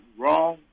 wrong